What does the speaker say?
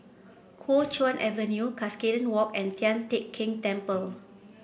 Kuo Chuan Avenue Cuscaden Walk and Tian Teck Keng Temple